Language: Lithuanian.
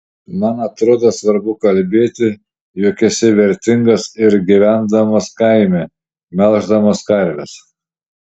man atrodo svarbu kalbėti jog esi vertingas ir gyvendamas kaime melždamas karves